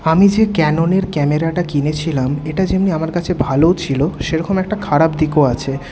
আমি যে ক্যাননের ক্যামেরাটা কিনেছিলাম এটা যেমনি আমার কাছে ভালোও ছিল সেরকম একটা খারাপ দিকও আছে